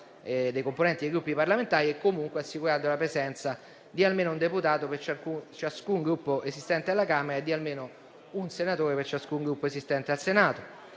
dei componenti dei Gruppi parlamentari e comunque assicurando la presenza di almeno un deputato per ciascun Gruppo esistente alla Camera e di almeno un senatore per ciascun Gruppo esistente al Senato.